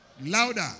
Louder